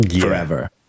forever